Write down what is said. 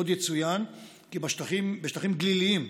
עוד יצוין כי בשטחים גליליים,